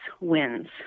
wins